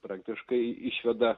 praktiškai išveda